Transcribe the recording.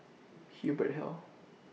Hubert Hill